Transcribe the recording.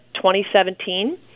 2017